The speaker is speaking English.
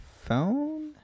phone